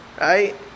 Right